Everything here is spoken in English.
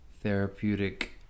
therapeutic